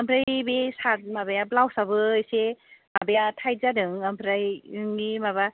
आमफ्राय बे सार्ट माबाया ब्लाउस आबो एसे माबाया थायथ जादों आमफ्राय नोंनि माबा